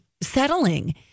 settling